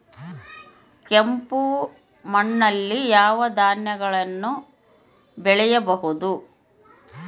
ಕೆಂಪು ಮಣ್ಣಲ್ಲಿ ಯಾವ ಧಾನ್ಯಗಳನ್ನು ಬೆಳೆಯಬಹುದು?